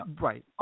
Right